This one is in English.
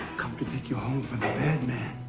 come to take you home from the bad man.